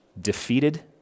defeated